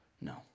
No